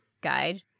guide